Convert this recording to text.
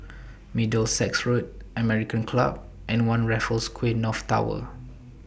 Middlesex Road American Club and one Raffles Quay North Tower